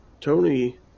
Tony